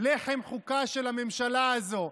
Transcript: לחם חוקה של הממשלה הזו.